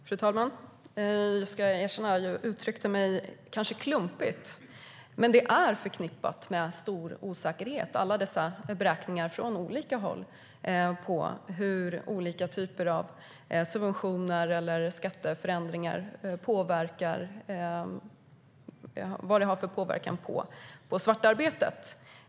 Fru talman! Jag ska erkänna att jag kanske uttryckte mig klumpigt, men alla dessa beräkningar från olika håll på vad olika typer av subventioner och skatteförändringar har för påverkan på svartarbetet är förknippade med stor osäkerhet.